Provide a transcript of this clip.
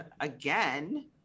again